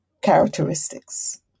characteristics